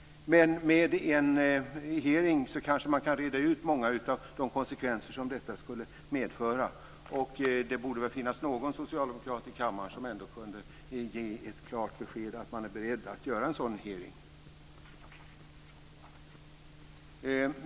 Men med en hearing kanske man kan reda ut många av de konsekvenser som detta skulle medföra. Och det borde väl finnas någon socialdemokrat i kammaren som kan ge ett klart besked att man är beredd att anordna en sådan hearing.